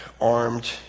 armed